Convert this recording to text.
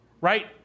right